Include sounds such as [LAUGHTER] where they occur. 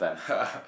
[LAUGHS]